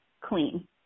clean